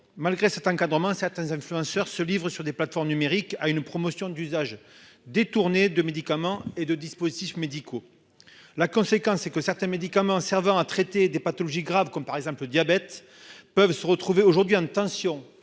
malgré cet encadrement certains influenceurs se livrent sur des plateformes numériques à une promotion d'usage détourné de médicaments et de dispositifs médicaux. La conséquence, c'est que certains médicaments servant à traiter des pathologies graves comme par exemple le diabète peuvent se retrouver aujourd'hui hein de tensions